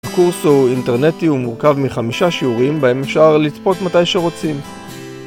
הקורס הוא אינטרנטי ומורכב מחמישה שיעורים בהם אפשר לצפות מתי שרוצים